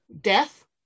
death